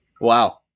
Wow